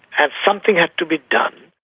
and something had to be done.